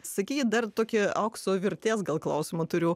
sakykit dar tokį aukso vertės gal klausimą turiu